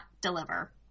deliver